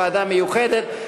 ועדה מיוחדת,